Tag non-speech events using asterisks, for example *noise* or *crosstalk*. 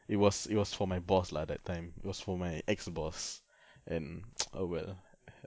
it was it was for my boss lah that time it was for my ex boss and *noise* oh well (uh huh)